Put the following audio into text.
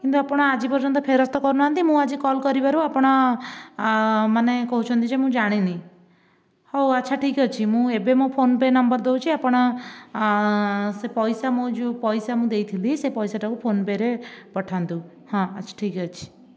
କିନ୍ତୁ ଆପଣ ଆଜି ପର୍ଯ୍ୟନ୍ତ ଫେରସ୍ତ କରୁ ନାହାଁନ୍ତି ମୁଁ ଆଜି କଲ୍ କରିବାରୁ ଆପଣ ମାନେ କହୁଛନ୍ତି ଯେ ମୁଁ ଜାଣିନାହିଁ ହେଉ ଆଚ୍ଛା ଠିକ୍ ଅଛି ମୁଁ ଏବେ ମୋ' ଫୋନପେ ନମ୍ବର ଦେଉଛି ଆପଣ ସେ ପଇସା ମୁଁ ଯେଉଁ ପଇସା ମୁଁ ଦେଇଥିଲି ସେ ପଇସାଟାକୁ ଫୋନପେରେ ପଠାନ୍ତୁ ହଁ ଆଚ୍ଛା ଠିକ୍ ଅଛି